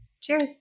Cheers